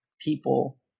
people